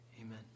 Amen